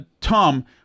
Tom